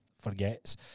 forgets